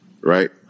Right